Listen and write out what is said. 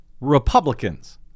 Republicans